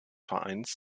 vereins